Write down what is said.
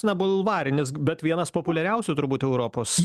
na bulvarinis bet vienas populiariausių turbūt europos